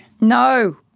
No